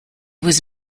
was